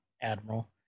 Admiral